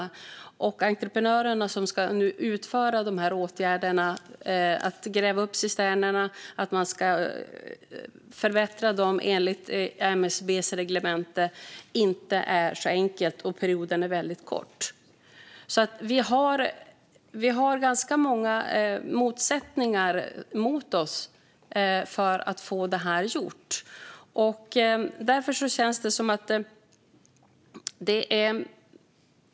För de entreprenörer som ska utföra åtgärderna - gräva upp cisternerna och förbättra dem enligt MSB:s reglemente - är det inte så enkelt, och perioden är väldigt kort. Vi har alltså ganska mycket emot oss när det gäller att få detta gjort.